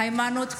היימנוט קסאו.